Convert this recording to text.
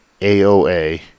AOA